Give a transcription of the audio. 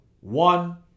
one